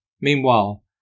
meanwhile